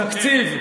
העברנו תקציב.